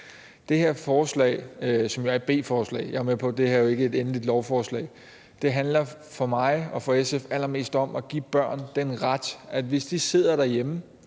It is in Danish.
Det her forslag, som jo er et beslutningsforslag – jeg er med på, at det her ikke er et endeligt lovforslag – handler for mig og for SF allermest om at give børn, hvis de sidder derhjemme